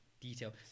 detail